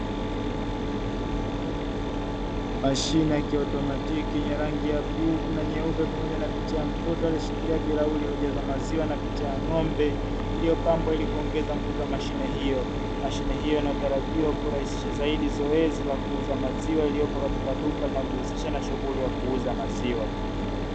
Mashine ya kiautomantiki yenye rangi ya bluu na nyeupe, pamoja na picha ya mtoto aliyeshikiia dumu lililojazwa maziwa na picha ya ng'ombe, iliyopambwa ili kuongeza mvuto wa mashine hiyo. Mashine hiyo inatarajia kurahisisha zaidi zoezi la kuuza maziwa yaliyopo katika duka linalojihusisha na shughuli ya kuuza maziwa.